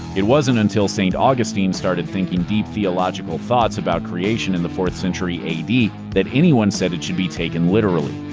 it wasn't until st. augustine started thinking deep theological thoughts about creation in the fourth century a d. that anyone said it should be taken literally.